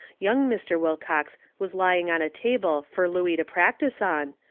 young mr. wilcox was laying on a table fur looey to practise on,